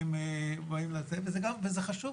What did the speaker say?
וזה חשוב.